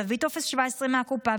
ותביא טופס 17 מהקופה,